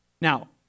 Now